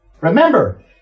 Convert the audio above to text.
Remember